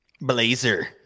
Blazer